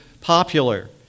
popular